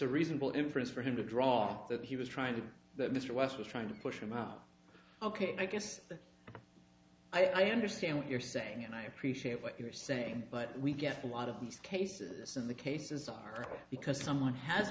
a reasonable inference for him to draw that he was trying to do that mr west was trying to push him out ok i guess i understand what you're saying and i appreciate what you're saying but we get a lot of these cases of the cases are because someone has